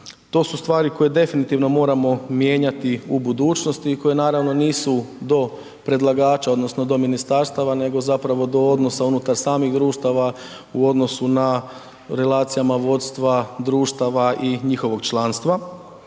To su stvari koje definitivno moramo mijenjati u budućnosti i koje naravno nisu do predlagača odnosno do ministarstava nego zapravo do odnosa unutar samih društava u odnosu na relacijama vodstva društava i njihovog članstva.